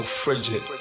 Frigid